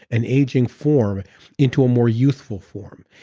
an aging form into a more youthful form.